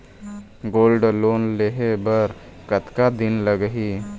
Gold loan लेहे बर कतका दिन लगही?